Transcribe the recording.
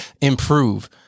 improve